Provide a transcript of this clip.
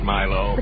Milo